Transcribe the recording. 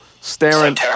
staring